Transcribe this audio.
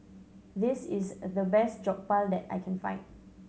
this is the best Jokbal that I can find